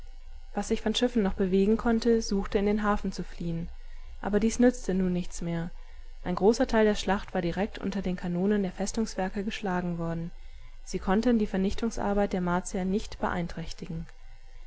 was sich von schiffen noch bewegen konnte suchte in den hafen zu fliehen aber dies nützte nun nichts mehr ein großer teil der schlacht war direkt unter den kanonen der festungswerke geschlagen worden sie konnten die vernichtungsarbeit der martier nicht beeinträchtigen